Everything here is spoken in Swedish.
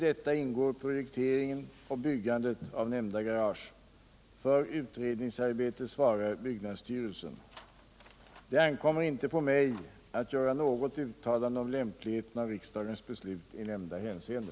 Det ankommer inte på mig att göra något uttalande om lämpligheten av riksdagens beslut i nämnda hänseende.